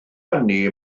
hynny